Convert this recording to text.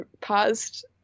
paused